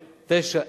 2009,